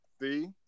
See